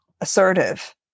assertive